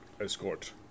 escort